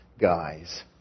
guys